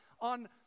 on